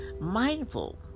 mindful